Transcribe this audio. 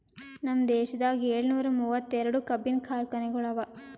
ನಮ್ ದೇಶದಾಗ್ ಏಳನೂರ ಮೂವತ್ತೆರಡು ಕಬ್ಬಿನ ಕಾರ್ಖಾನೆಗೊಳ್ ಅವಾ